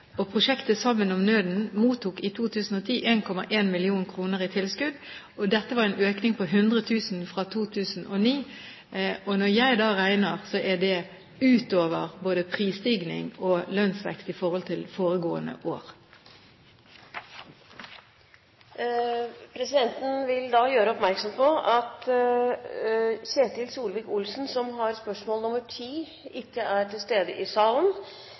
og prosjektet «Sammen om nøden» mottok i 2010 1,1 mill. kr i tilskudd. Dette var en økning på 100 000 kr fra 2009, og når jeg da regner, er det en økning utover både prisstigning og lønnsvekst i forhold til foregående år. Dette spørsmålet, fra Ketil Solvik-Olsen til miljø- og utviklingsministeren, vil bli besvart av helse- og omsorgsministeren på vegne av miljø- og utviklingsministeren, som er